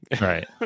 Right